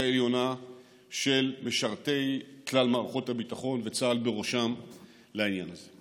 העליונה של משרתי כלל מערכות הביטחון לעניין הזה,